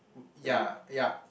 ya ya